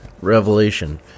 revelation